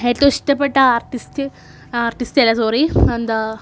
ഏറ്റവും ഇഷ്ടപ്പെട്ട artist artist അല്ല സോറീ എന്താ